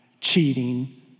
cheating